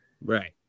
right